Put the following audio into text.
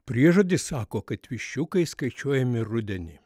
priežodis sako kad viščiukai skaičiuojami rudenį